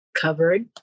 covered